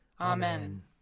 Amen